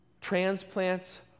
transplants